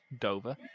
Dover